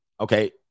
Okay